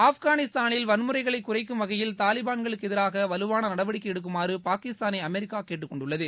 ஆப்கானிஸ்தானில் வன்முறைகளை குறைக்கும் வகையில் தாலிபான்களுக்கு எதிராக வலுவாள நடவடிக்கை எடுக்குமாறு பாகிஸ்தானை அமெரிக்கா கேட்டுக்கொண்டுள்ளது